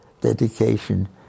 dedication